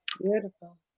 Beautiful